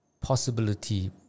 possibility